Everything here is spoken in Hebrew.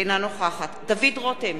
אינה נוכחת דוד רותם,